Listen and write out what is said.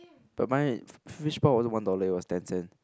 but mine fishball wasn't one dollar it was ten cent